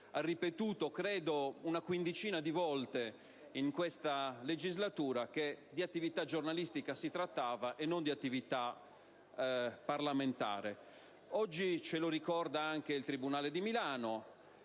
ha ripetuto credo almeno una quindicina di volte in questa legislatura che di attività giornalistica si trattava e non di attività parlamentare. Oggi ce lo ricorda anche il tribunale di Milano,